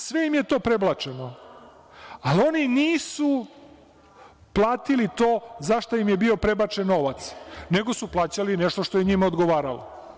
Sve im je to prebačeno, ali oni nisu platili to zašta im je bio prebačen novac, nego su plaćali nešto što je njima odgovaralo.